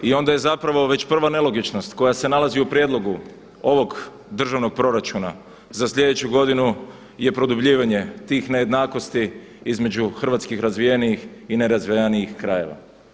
I onda je zapravo već prva nelogičnost koja se nalazi u prijedlogu ovog državnog proračuna za sljedeću godinu je produbljivanje tih nejednakosti između hrvatskih razvijenijih i nerazvijenijih krajeva.